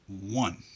one